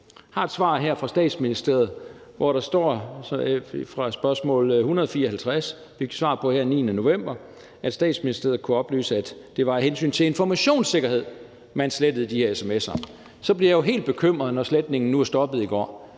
Jeg har et svar her fra Statsministeriet på spørgsmål nr. S 154, et svar, vi fik her den 9. november, hvor der står, at Statsministeriet kunne oplyse, at det var af hensyn til informationssikkerhed, at man slettede de sms'er. Så bliver jeg jo helt bekymret, når sletningen nu er stoppet i går.